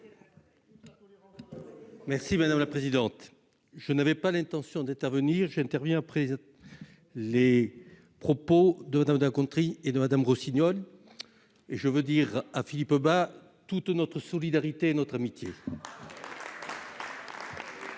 Merci madame la présidente, je n'avais pas l'intention d'intervenir j'intervient après les propos de Madame un country et de Madame Rossignol et je veux dire à Philippe Bas toute notre solidarité, notre amitié.